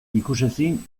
ikusezin